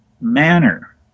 manner